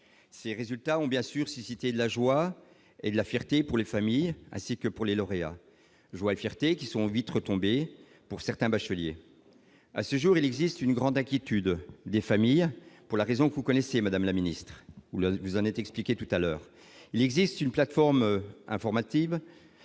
ces résultats ont bien sûr suscité la joie et la fierté pour les familles, ainsi que pour les lauréats joie et fierté qui sont vite retombés pour certains bacheliers à ce jour, il existe une grande inquiétude des familles pour la raison que vous connaissez, Madame la Ministre, ou là vous en êtes expliqué tout à l'heure, il existe une plateforme informative